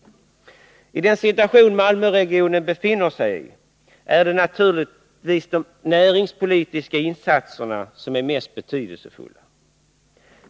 I den situation Malmöregionen befinner sig i är naturligtvis de näringspolitiska insatserna mest betydelsefulla.